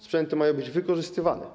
Sprzęty mają być wykorzystywane.